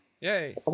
Yay